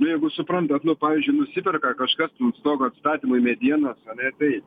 jeigu suprantat pavyzdžiui nusiperka kažkas stogo atstatymui medienos ane tai